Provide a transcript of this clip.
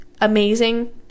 amazing